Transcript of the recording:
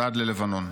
ועד ללבנון.